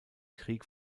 krieg